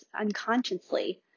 unconsciously